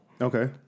Okay